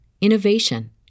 innovation